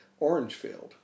Orangefield